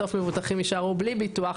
בסוף מבוטחים יישארו בלי ביטוח.